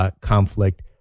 conflict